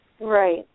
Right